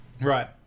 Right